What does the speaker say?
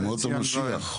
ימות המשיח.